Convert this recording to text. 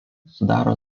sudaro